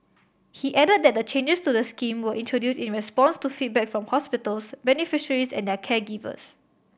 he added that the changes to the scheme were introduced in response to feedback from hospitals beneficiaries and their caregivers